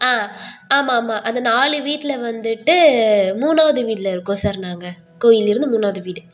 ஆ ஆமாம் ஆமாம் அந்த நாலு வீட்டில் வந்துட்டு மூணாவது வீடில் இருக்கோம் சார் நாங்கள் கோயிலிலேருந்து மூணாவது வீடு